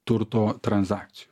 turto tranzakcijų